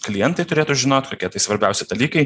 klientai turėtų žinot kokie tai svarbiausi dalykai